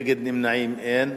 נגד ונמנעים, אין.